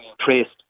traced